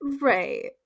right